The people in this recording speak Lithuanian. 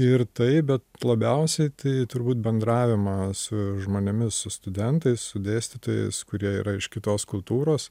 ir tai bet labiausiai tai turbūt bendravimą su žmonėmis su studentais su dėstytojais kurie yra iš kitos kultūros